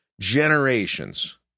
generations